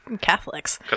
Catholics